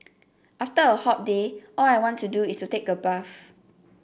after a hot day all I want to do is take a bath